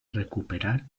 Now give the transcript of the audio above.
recuperar